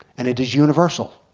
and it is universal.